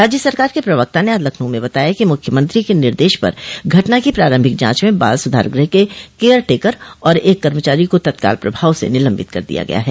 राज्य सरकार के प्रवक्ता ने आज लखनऊ में बताया कि मुख्यमंत्री के निर्देश पर घटना की प्रारम्भिक जांच में बाल सुधार गृह के केयर टेकर और एक कर्मचारी को तत्काल प्रभाव से निलंबित कर दिया गया है